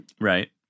Right